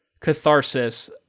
catharsis